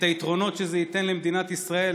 את היתרונות שזה ייתן למדינת ישראל,